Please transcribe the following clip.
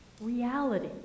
reality